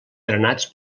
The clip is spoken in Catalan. drenats